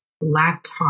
laptop